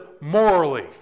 morally